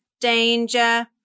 danger